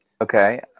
Okay